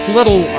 Little